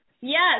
Yes